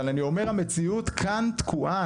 אבל אני אומר המציאות כאן תקועה,